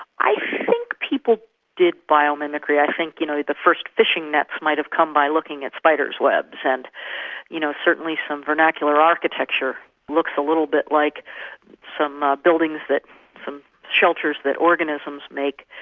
i think people did biomimicry. i think you know, the first fishing nets might have come by looking at spiders' webs, and you know certainly some vernacular architecture looks a little bit like some ah buildings that some shelters that organisms make.